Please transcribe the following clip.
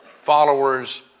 followers